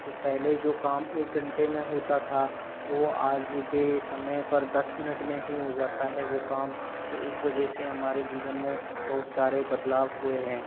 तो पहले जो काम एक घंटे में होता था वो आज के समय पर दस मिनट में ही हो जाता है वो काम तो इस वजह से हमारे जीवन में बहुत सारे बदलाव हुए हैं